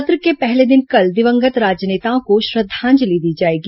सत्र के पहले दिन कल दिवंगत राजनेताओं को श्रद्वांजलि दी जाएगी